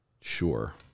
Sure